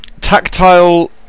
Tactile